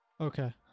Okay